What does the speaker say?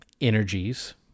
energies